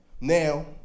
Now